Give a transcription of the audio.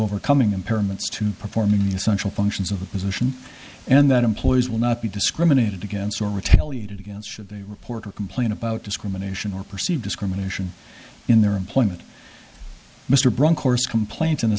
overcoming impairments to perform the essential functions of the position and that employees will not be discriminated against or retaliated against should they report or complain about discrimination or perceived discrimination in their employment mr brown course complaint in th